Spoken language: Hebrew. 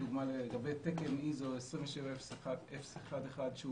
לדוגמה לגבי תקן ISO 27001 שהוא